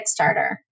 Kickstarter